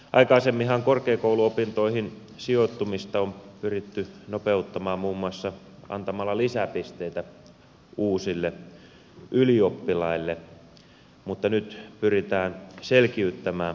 aikaisemminhan korkeakouluopintoihin sijoittumista on pyritty nopeuttamaan muun muassa antamalla lisäpisteitä uusille ylioppilaille mutta nyt pyritään selkiyttämään hakumenettelyä